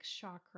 chakra